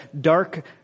dark